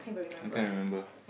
I can't remember